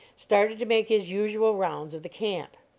started to make his usual rounds of the camp.